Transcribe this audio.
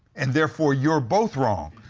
and, therefore, you're both wrong.